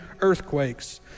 earthquakes